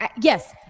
yes